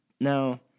Now